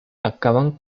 acaban